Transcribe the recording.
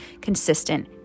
consistent